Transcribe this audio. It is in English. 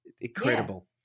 incredible